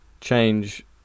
change